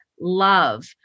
love